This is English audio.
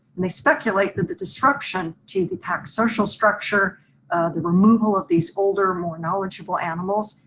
and they speculate that the disruption to the pack social structure the removal of these older, more knowledgeable animals,